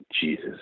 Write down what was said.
Jesus